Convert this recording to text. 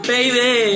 Baby